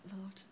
Lord